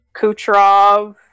Kucherov